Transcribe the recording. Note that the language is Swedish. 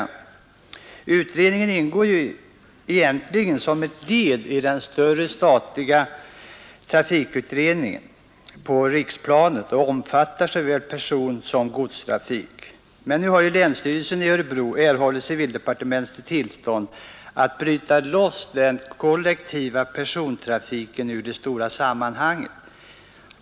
Utredningen ingår ju egentligen som ett led i den större statliga trafikutredningen på riksplanet och omfattar såväl personsom busstrafik. Men nu har länsstyrelsen i Örebro län erhållit civildepartementets tillstånd att bryta loss den kollektiva persontrafiken ur det stora sammanhanget.